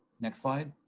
next slide.